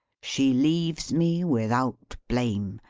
she leaves me without blame,